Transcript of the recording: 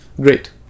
Great